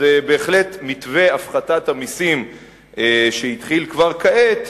אז בהחלט מתווה הפחתת המסים שהתחיל כבר כעת,